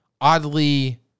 oddly